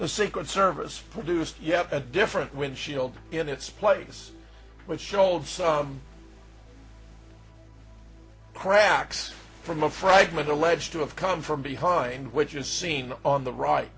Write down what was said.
the secret service produced yet a different windshield in its place which showed some cracks from a fragment alleged to have come from behind which is seen on the right